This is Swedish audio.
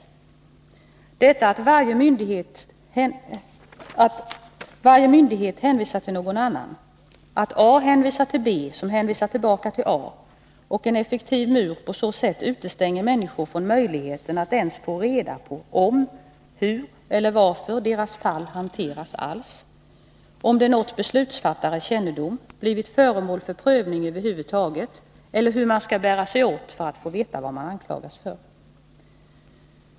Detta att Nr 64 varje myndighet hänvisar till någon annan, att A hänvisar till B, som hänvisar Torsdagen den tillbaka till A, gör att en effektiv mur utestänger människor från möjligheten 20 januari 1983 att ens få reda på om, hur eller varför deras fall hanteras alls, om det nått beslutsfattares kännedom, blivit föremål för prövning över huvud taget eller hur man skall bära sig åt för att få veta vad man anklagas för.